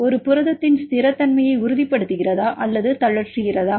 இது புரதத்தின் ஸ்திரத்தன்மையை உறுதிபடுத்துகிறதா அல்லது தளற்றுகிறதா